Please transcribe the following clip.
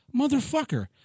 Motherfucker